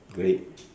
great